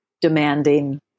demanding